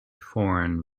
foreign